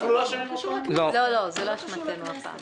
זה לא אשמתנו הפעם?